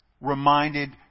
reminded